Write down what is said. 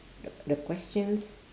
the the questions